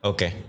Okay